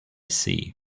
sea